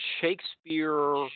Shakespeare